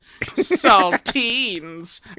Saltines